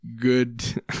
good